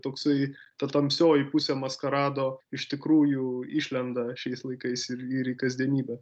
toksai ta tamsioji pusė maskarado iš tikrųjų išlenda šiais laikais ir ir į kasdienybę